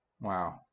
Wow